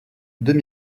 deux